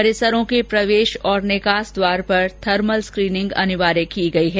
परिसरों के प्रवेश और निकास द्वार पर थर्मल स्क्रीनिंग अनिवार्य की गई है